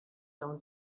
town